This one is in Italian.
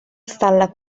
stalla